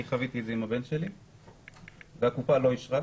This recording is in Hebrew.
חוויתי את זה עם הבן שלי והקופה לא אישרה.